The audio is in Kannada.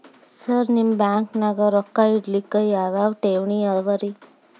ಸರ್ ನಿಮ್ಮ ಬ್ಯಾಂಕನಾಗ ರೊಕ್ಕ ಇಡಲಿಕ್ಕೆ ಯಾವ್ ಯಾವ್ ಠೇವಣಿ ಅವ ರಿ?